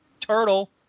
turtle